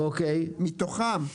מתוכם,